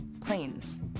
Planes